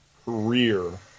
Career